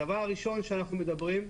הדבר הראשון שאנחנו מדברים עליו,